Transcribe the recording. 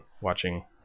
watching